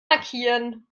markieren